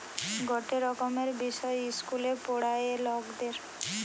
গটে রকমের বিষয় ইস্কুলে পোড়ায়ে লকদের